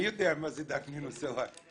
מי יודע מה זה "דאפנינהו סווא"?